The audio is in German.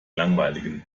langweiligen